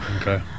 Okay